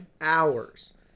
hours